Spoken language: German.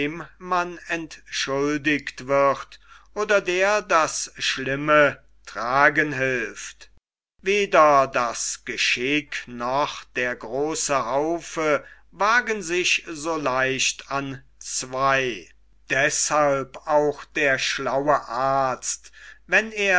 man entschuldigt wird oder der das schlimme tragen hilft weder das geschick noch der große haufe wagen sich so leicht an zwei deshalb auch der schlaue arzt wenn